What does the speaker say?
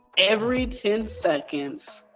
every ten seconds,